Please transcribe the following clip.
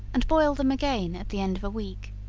and boil them again at the end of a week.